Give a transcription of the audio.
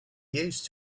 used